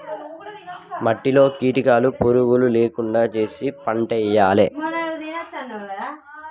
మట్టిలో కీటకాలు పురుగులు లేకుండా చేశి పంటేయాలే